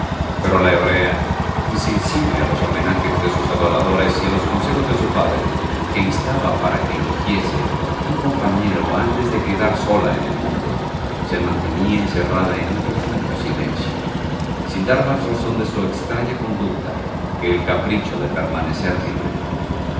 pero la hebrea insensible a los homenajes de sus adoradores y a los consejos de su padre que instaba para que eligiese un compañero antes de quedar sola en el mundo se mantenía encerrada en un profundo silencio sin dar más razón de su extraña conducta que el capricho de permanecer libre